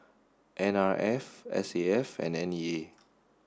N R F S A F and N E A